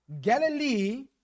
Galilee